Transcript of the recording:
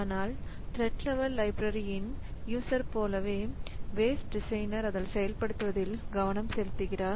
ஆனால் thread level லைப்ரரியின் user போலவே வேஸ்ட் டிசைனர் அதை செயல்படுத்துவதில் கவனம் செலுத்துகிறார்